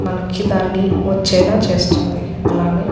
మనకి దాన్ని వచ్చేలా చేస్తుంది అలానే